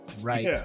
right